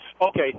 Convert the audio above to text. Okay